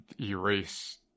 erase